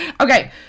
Okay